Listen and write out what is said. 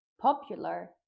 popular